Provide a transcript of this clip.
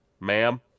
ma'am